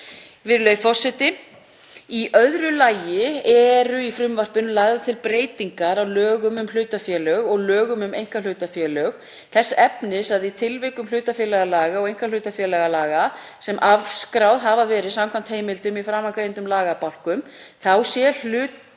Virðulegur forseti. Í öðru lagi eru í frumvarpinu lagðar til breytingar á lögum um hlutafélög og lögum um einkahlutafélög þess efnis að í tilvikum hlutafélagalaga og einkahlutafélagalaga, sem afskráð hafa verið samkvæmt heimildum í framangreindum lagabálkum, þá sé hlutafélagaskrá